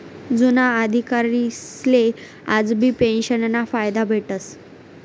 जुना अधिकारीसले आजबी पेंशनना फायदा भेटस